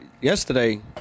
yesterday